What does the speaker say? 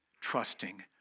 trusting